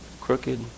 crooked